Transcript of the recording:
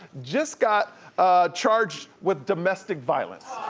just got charged with domestic violence.